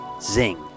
Zing